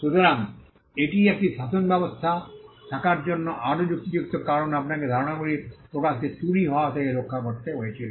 সুতরাং এটি একটি শাসনব্যবস্থা থাকার জন্য আরও যুক্তিযুক্ত কারণ আপনাকে ধারণাগুলির প্রকাশকে চুরি হওয়া থেকে রক্ষা করতে হয়েছিল